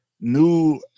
new